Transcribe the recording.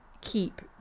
keep